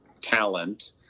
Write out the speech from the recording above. talent